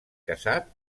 casat